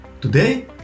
Today